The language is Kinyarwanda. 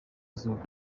izuba